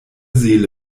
seele